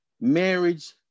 marriage